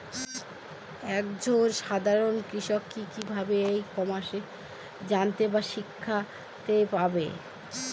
এক জন সাধারন কৃষক কি ভাবে ই কমার্সে জানতে বা শিক্ষতে পারে?